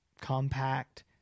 compact